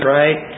right